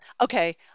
okay